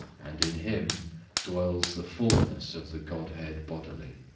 and in him dwells the fulness of the godhead bodily.